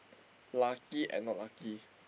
lucky and not lucky